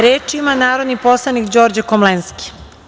Reč ima narodni poslanik Đorđe Komlenski.